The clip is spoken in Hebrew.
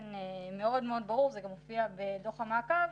באופן מאוד מאוד ברור, זה גם הופיע בדוח המעקב,